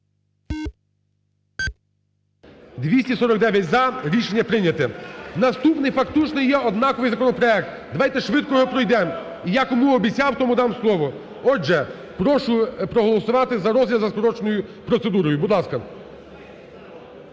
249-за. Рішення прийняте. Наступний, фактично є однаковий законопроект, давайте швидко його пройдемо. Я кому обіцяв, тому дам слово. Отже, прошу проголосувати за розгляд за скороченою процедурою. Будь ласка.